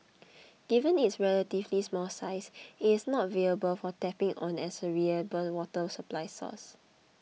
given its relatively small size it is not viable for tapping on as a reliable water supply source